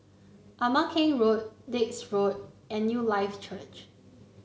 Ama Keng Road Dix Road and Newlife Church